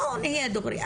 בואו נהיה דוגרי,